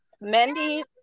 Mandy